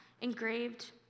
engraved